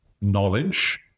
knowledge